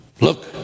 Look